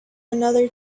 another